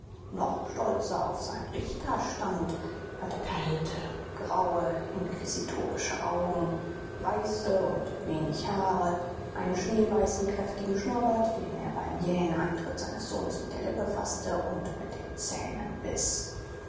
noch stolzer auf seinen richterstand hatte kalte graue inquisitorische augen weiße und wenig haare einen schneeweißen kräftigen schnurrbart den er beim jähen eintritt seines sohnes mit der lippe faßte und mit den zähnen biß